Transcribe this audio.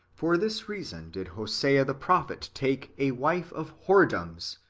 for this reason did hosea the prophet take a wife of whoredoms,